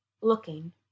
Looking